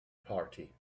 party